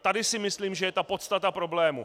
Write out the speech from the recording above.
Tady si myslím, že je podstata problému.